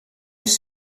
els